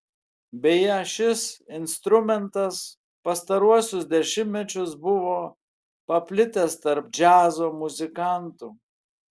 beje šis instrumentas pastaruosius dešimtmečius buvo paplitęs tarp džiazo muzikantų